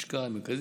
לשאלה מס'